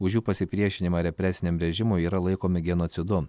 už jų pasipriešinimą represiniam režimui yra laikomi genocidu